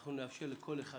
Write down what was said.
אנחנו נאפשר לכל אחד